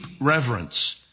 reverence